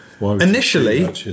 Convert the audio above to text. initially